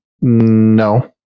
no